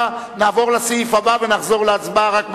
נעבור לסעיף הבא ונחזור להצבעה רק ב-18:50.